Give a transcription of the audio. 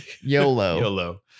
YOLO